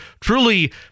truly